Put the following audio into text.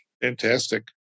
Fantastic